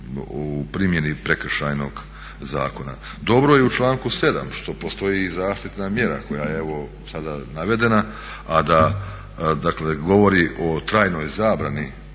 u primjeni Prekršajnog zakona. Dobro je i u članku 7. što postoji i zaštitna mjera koja je evo sada navedena a da dakle govori o trajnoj zabrani